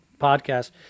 podcast